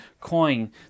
coin